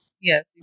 Yes